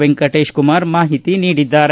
ವೆಂಕಟೇಶ ಕುಮಾರ ಮಾಹಿತಿ ನೀಡಿದ್ದಾರೆ